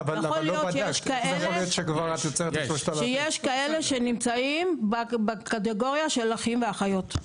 יכול להיות שיש כאלה שנמצאים בקטגוריה של אחים ואחיות.